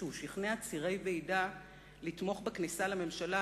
כשהוא שכנע צירי ועידה לתמוך בכניסה לממשלה,